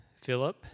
Philip